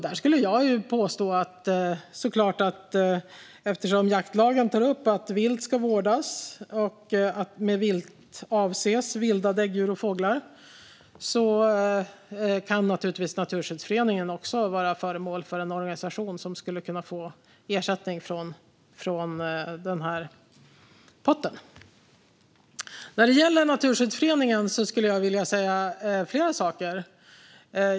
Jag skulle påstå att eftersom jaktlagen tar upp att vilt ska vårdas och att med vilt avses vilda däggdjur och fåglar kan naturligtvis Naturskyddsföreningen också vara en organisation som kan vara föremål för att få ersättning från denna pott. När det gäller Naturskyddsföreningen skulle jag vilja säga flera saker.